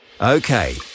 Okay